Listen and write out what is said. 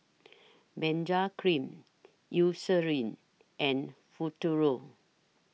Benzac Cream Eucerin and Futuro